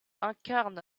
incarne